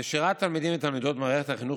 נשירת תלמידים ותלמידות ממערכת החינוך